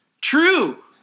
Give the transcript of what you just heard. True